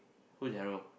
who is Herald